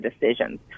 decisions